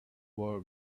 were